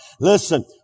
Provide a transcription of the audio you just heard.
Listen